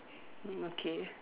mm okay